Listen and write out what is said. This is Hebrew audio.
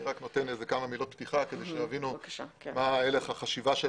אני רק נותן כמה מילות פתיחה כדי שיבינו מה הלך החשיבה,